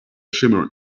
shimmering